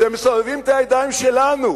זה מסובבים את הידיים שלנו.